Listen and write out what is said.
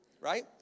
right